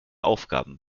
aufgaben